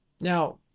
Now